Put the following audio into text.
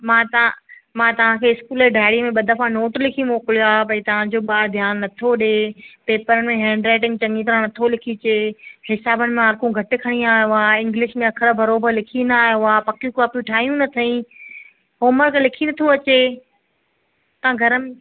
मां तव्हां मा तव्हांखे स्कूल जी डायरीअ में ॿ दफ़ा नोट लिखी मोकिलियो आहे भई तव्हांजो ॿारु ध्यानु नथो ॾे पेपर में हैंड राइटिंग चङी तरहि नथो लिखी अचे हिसाबनि मां मार्कूं घटि खणी आयो आहे इंग्लिश में अख़रु बराबरि लिखी न आयो आहे पकियूं कॉपियूं ठाहियूं न अथईं होमवर्क लिखी नथो अचे तव्हां घरु